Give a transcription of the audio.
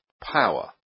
power